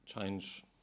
change